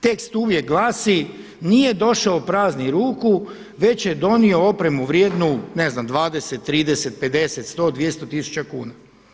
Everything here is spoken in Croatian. Tekst uvijek glasi nije došao praznih ruku već je donio opremu vrijednu, ne znam 20, 30, 50, 100, 200 tisuća kuna.